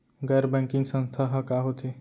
गैर बैंकिंग संस्था ह का होथे?